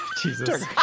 Jesus